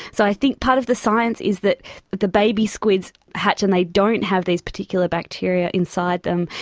so i think part of the science is that the baby squids hatch and they don't have these particular bacteria inside them,